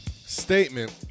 statement